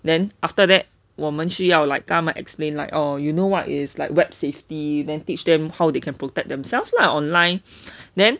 then after that 我们需要 like 跟他们 explain like oh you know what is like web safety then teach them how they can protect themselves lah online then